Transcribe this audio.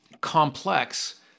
complex